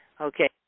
Okay